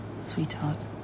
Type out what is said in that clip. Sweetheart